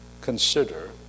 consider